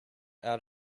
out